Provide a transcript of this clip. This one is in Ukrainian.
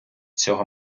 цього